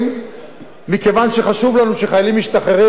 מכיוון שחשוב לנו שחיילים משתחררים לא יקבלו